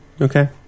Okay